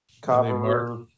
copper